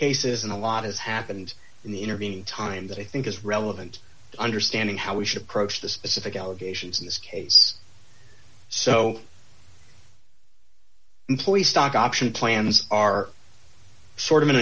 cases and a lot has happened in the intervening time that i think is relevant to understanding how we should approach the specific allegations in this case so employee stock option plans are sort of an